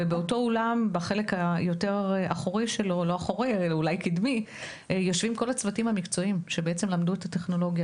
באותו אולם יושבים גם כל הצוותים המקצועיים שלמדו את הטכנולוגיה.